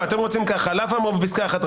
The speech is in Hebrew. אתם רוצים ככה: "על אף האמור בפסקה (1),